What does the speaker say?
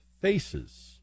faces